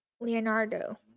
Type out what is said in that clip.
Leonardo